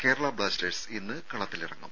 Kerala Blasters ഇന്ന് കളത്തിലിറങ്ങും